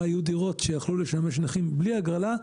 היו דירות שיכלו לשמש נכים בלי הגרלה,